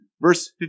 Verse